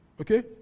Okay